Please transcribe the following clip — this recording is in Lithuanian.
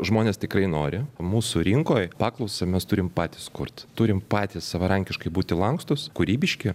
žmonės tikrai nori mūsų rinkoj paklausą mes turim patys sukurt turim patys savarankiškai būti lankstūs kūrybiški